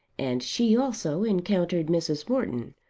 and she also encountered mrs. morton,